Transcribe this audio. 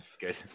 good